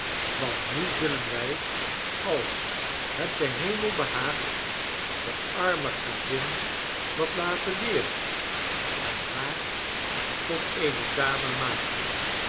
want nu zullen wij als het den hemel behaagt de arrae gravin wat laten leeren en haar tot eene dame maken